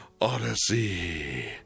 Odyssey